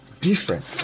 different